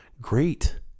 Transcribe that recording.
great